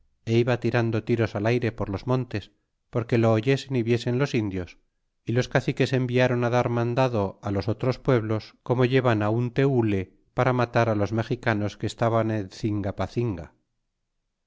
é iba tirando tiros al ayre por los montes porque lo oyesen é viesen los indios y los caciques enviaron dar mandado los otros pueblos como llevan á un teule para matar los mexicanos que estaban en